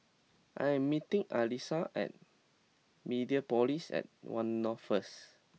I am meeting Alisa at Mediapolis at One North first